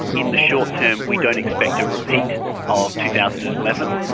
in the short term we don't expect a repeat of two thousand and eleven,